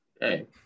Hey